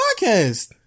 podcast